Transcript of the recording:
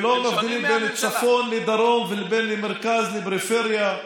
ולא מבדילים בין צפון לדרום ובין מרכז לפריפריה,